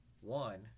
one